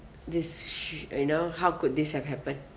this you know how could this have happened